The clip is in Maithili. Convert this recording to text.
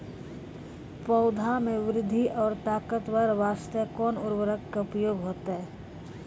पौधा मे बृद्धि और ताकतवर बास्ते कोन उर्वरक के उपयोग होतै?